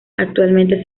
actualmente